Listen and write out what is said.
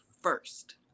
first